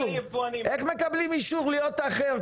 איך מקבלים אישור להיות בעלי רישיון "אחר",